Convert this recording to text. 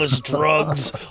drugs